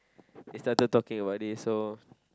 they started talking about it so